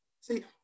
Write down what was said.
See